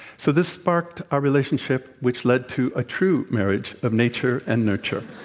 so, this sparked our relationship, which led to a true marriage of nature and nurture.